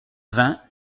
vingts